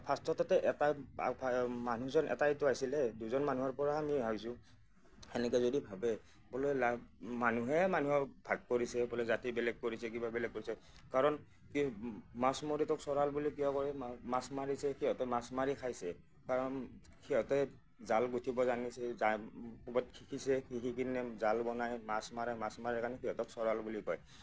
ফাৰ্ষ্টততে এটা মানুহজন এটাইটো আছিলে দুজন মানুহৰ পৰা আমি আহিছোঁ সেনেকৈ যদি ভাবে সকলোৱে লাভ মানুহে মানুহৰ ভাগ কৰিছে বোলে জাতি বেলেগ কৰিছে কিবা বেলেগ কৰিছে কাৰণ মাছমৰীয়াটোক চৰাল বুলি কিয় কৰে মাছ মাৰিছে সিহঁতে মাছ মাৰি খাইছে কাৰণ সিহঁতে জাল গুঠিব জানিছিল জাইব কৰবাত শিকিছে শিকি কিনে জাল বনাই মাছ মাৰা মাছ মাৰে কাৰণে সিহঁতক চৰাল বুলি কয়